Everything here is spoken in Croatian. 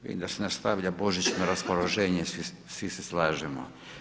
Vidim da se nastavlja božićno raspoloženje, svi se slažemo.